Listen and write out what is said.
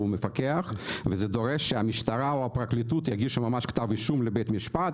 וזה דורש שהמשטרה או הפרקליטות יגישו כתב אישום לבית משפט,